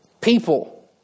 People